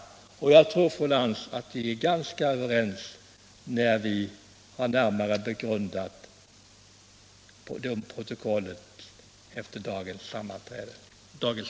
När vi har närmare begrundat protokollet från dagens debatt tror jag, fru Lantz, att vi skall finna att vi är ganska överens.